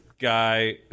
guy